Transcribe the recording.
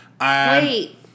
Wait